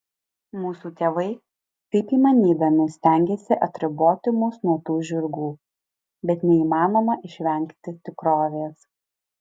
mūsų tėvai kaip įmanydami stengėsi atriboti mus nuo tų žirgų bet neįmanoma išvengti tikrovės